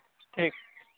ठीक